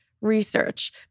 research